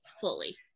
fully